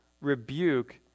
rebuke